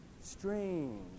strange